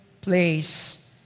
place